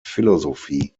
philosophie